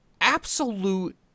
absolute